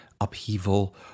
upheaval